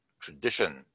tradition